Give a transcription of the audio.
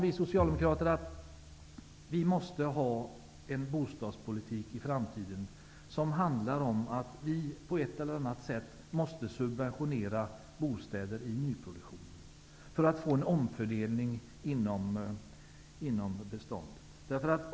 Vi socialdemokrater är helt övertygade om att bostadspolitiken i framtiden måste gå ut på att man på ett eller annat sätt subventionerar bostäder i nyproduktionen, för att få en omfördelning inom beståndet.